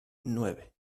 nueve